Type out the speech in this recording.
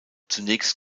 zunächst